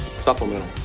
Supplemental